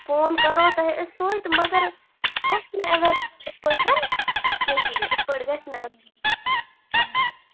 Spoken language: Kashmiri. فون کَرَہو تۄہہِ أسۍ توتہِ مگر گژھِ نہٕ ایٚوَیلیبُل یِتھٕ پٲٹھۍ کِہیٖنٛۍ یِتھٕ پٲٹھۍ گژھِ نہٕ ایٚوَیلیبُل